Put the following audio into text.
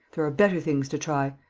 there are better things to try.